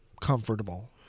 comfortable